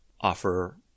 offer